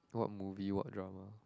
what movie what drama